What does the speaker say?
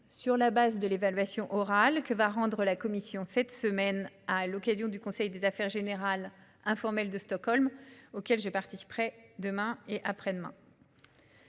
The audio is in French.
sur la base de l'évaluation orale que rendra la Commission cette semaine, à l'occasion du conseil Affaires générales informel de Stockholm auquel je participerai demain et après-demain.